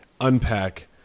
unpack